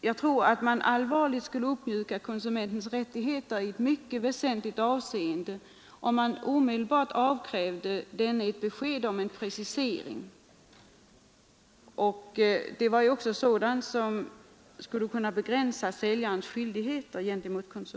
Jag tror att man allvarligt skulle mjuka upp konsumentens rättigheter i ett väsentligt avseende, om man omedelbart avkrävde denne ett besked om en precisering, och en sådan precisering skulle också kunna begränsa säljarens skyldigheter.